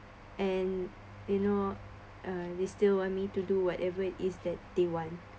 and you know uh they still want me to do whatever it's that they want